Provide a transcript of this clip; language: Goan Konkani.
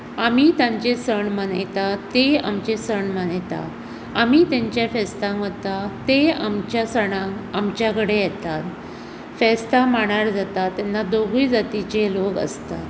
आमीय तांचे सण मनयतात तींय आमचे सण मनयतात आमीय तांच्या फेस्तांक वतात तींय आमच्या सणाक आमच्या कडेन येतात फेस्तां मांडार जातात तेन्ना दोगूय जातींचे लोक आसतात